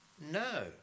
no